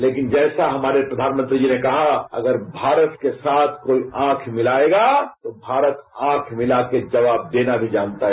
लेकिन जैसा हमारे प्रधानमंत्री जी ने कहा अगर कोई भारत के साथ आंख मिलाएगा तो भारत आंख मिलाकर भी जवाब देना जनता है